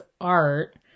art